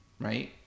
right